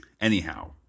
Anyhow